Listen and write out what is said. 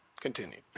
continue